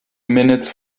minutes